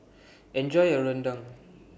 Enjoy your Rendang